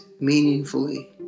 meaningfully